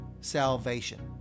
salvation